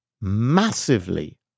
massively